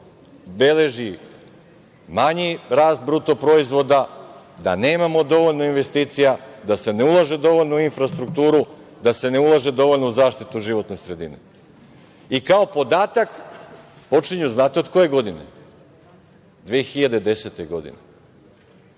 beleži manji rast bruto proizvoda, da nemamo dovoljno investicija, da se ne ulaže dovoljno u infrastrukturu, da se ne ulaže dovoljno u zaštitu životne sredine. I kao podatak počinju znate od koje godine? Od 2010. godine.